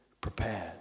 prepared